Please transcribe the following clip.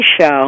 show